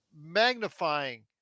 magnifying